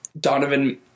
Donovan –